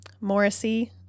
Morrissey